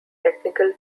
technical